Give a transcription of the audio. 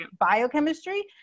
biochemistry